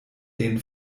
den